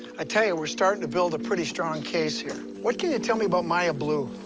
i tell you, we're starting to build a pretty strong case here. what can you tell me about maya blue?